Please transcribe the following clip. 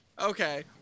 Okay